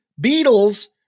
Beatles